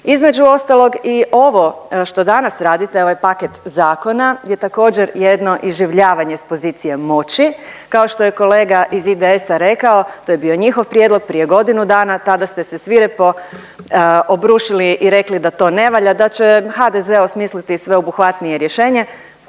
Između ostalog i ovo što danas radite, ovak paket zakona je također, jedno iživljavanje s pozicije moći, kao što je kolega iz IDS-a rekao, to je bio njihov prijedlog prije godinu dana, tada ste se svirepo obrušili i rekli da to ne valja, da će HDZ osmisliti sveobuhvatnije rješenje,